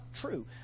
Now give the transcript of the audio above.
true